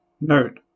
Note